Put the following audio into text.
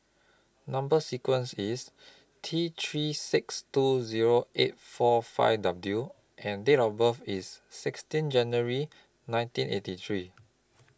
Number sequence IS T three six two Zero eight four five W and Date of birth IS sixteen January nineteen eighty three